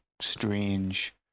strange